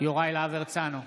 יוראי להב הרצנו,